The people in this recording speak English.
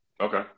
okay